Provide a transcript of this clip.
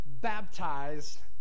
baptized